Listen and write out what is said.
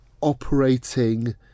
operating